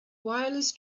wireless